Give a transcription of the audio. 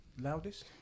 loudest